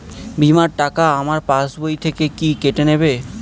বিমার টাকা আমার পাশ বই থেকে কি কেটে নেবে?